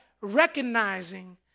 recognizing